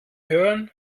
hören